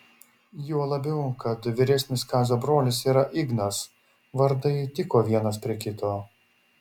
juo labiau kad vyresnis kazio brolis yra ignas vardai tiko vienas prie kito